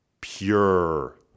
pure